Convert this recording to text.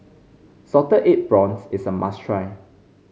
Salted Egg Prawns is a must try